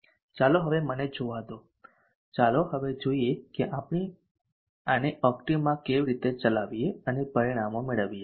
ચાલો હવે મને જોવા દો ચાલો હવે જોઈએ કે આપણે આને ઓક્ટેવમાં કેવી રીતે ચલાવીએ અને પરિણામો મેળવીએ